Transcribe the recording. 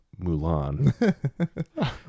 Mulan